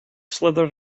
slithered